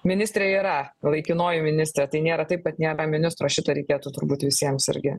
ministrė yra laikinoji ministrė tai nėra taip kad ne be ministro šito reikėtų turbūt visiems irgi